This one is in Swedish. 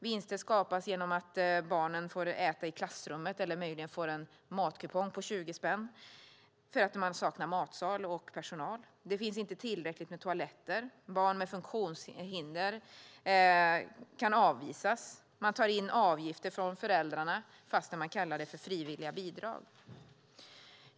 Vinster skapas genom att barnen får äta i klassrummet eller möjligen får en matkupong på 20 spänn eftersom det saknas matsal och personal. Det finns inte tillräckligt med toaletter. Barn med funktionshinder kan avvisas. Skolorna tar in avgifter från föräldrarna, fast man kallar det frivilliga bidrag.